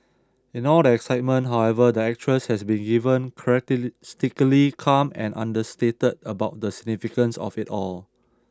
in all the excitement however the actress has been given characteristically calm and understated about the significance of it all